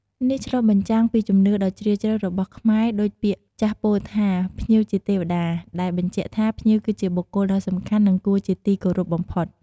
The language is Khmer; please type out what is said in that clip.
នេះឆ្លុះបញ្ចាំងពីជំនឿដ៏ជ្រាលជ្រៅរបស់ខ្មែរដូចពាក្យចាស់ពោលថា "ភ្ញៀវជាទេវតា" ដែលបញ្ជាក់ថាភ្ញៀវគឺជាបុគ្គលដ៏សំខាន់ និងគួរជាទីគោរពបំផុត។